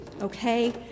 Okay